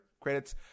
credits